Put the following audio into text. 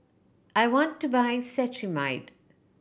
I want to buy Cetrimide